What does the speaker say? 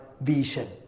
vision